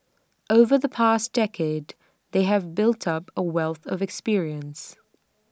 over the past decade they have built up A wealth of experience